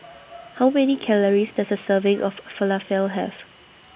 How Many Calories Does A Serving of Falafel Have